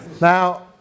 Now